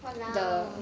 !walao!